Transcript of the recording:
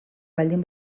baldin